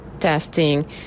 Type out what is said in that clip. testing